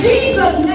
Jesus